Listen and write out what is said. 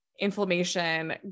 Inflammation